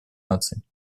наций